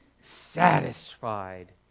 satisfied